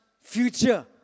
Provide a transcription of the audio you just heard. future